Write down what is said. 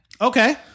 Okay